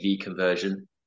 conversion